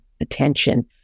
attention